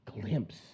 glimpse